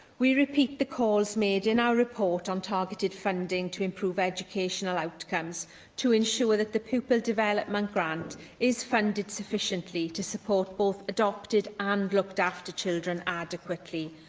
we repeat the calls made in our report on targeted funding to improve educational outcomes to ensure that the pupil development grant is funded sufficiently to support both adopted and looked-after children adequately.